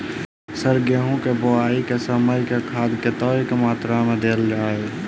Sir गेंहूँ केँ बोवाई केँ समय केँ खाद कतेक मात्रा मे देल जाएँ?